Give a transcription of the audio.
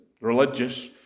religious